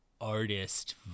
artist